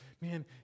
Man